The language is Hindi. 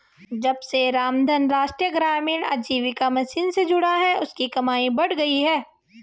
जब से रामधन राष्ट्रीय ग्रामीण आजीविका मिशन से जुड़ा है उसकी कमाई बढ़ गयी है